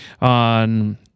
on